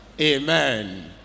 Amen